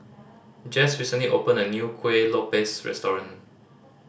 Jess recently opened a new Kueh Lopes restaurant